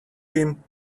him